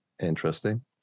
Interesting